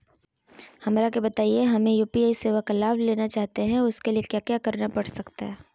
हमरा के बताइए हमें यू.पी.आई सेवा का लाभ लेना चाहते हैं उसके लिए क्या क्या करना पड़ सकता है?